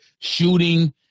shooting